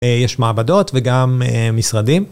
יש מעבדות וגם משרדים.